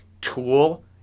Tool